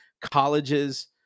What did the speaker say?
colleges